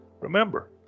remember